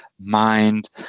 Mind